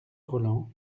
rolland